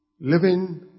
Living